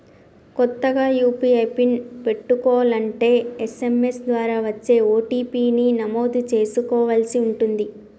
కొత్తగా UPI PIN పెట్టుకోలంటే SMS ద్వారా వచ్చే ఓ.టీ.పీ ని నమోదు చేసుకోవలసి ఉంటుంది